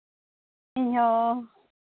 ᱤᱧᱦᱚᱸ